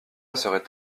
serait